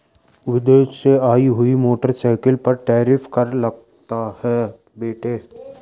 विदेश से आई हुई मोटरसाइकिल पर टैरिफ कर लगता है बेटे